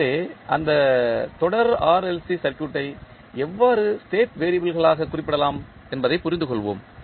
எனவே அந்த தொடர் RLC சர்க்யூட் ஐ எவ்வாறு ஸ்டேட் வெறியபிள்கள் என்று குறிப்பிடலாம் என்பதைப் புரிந்துகொள்வோம்